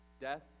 Death